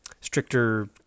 stricter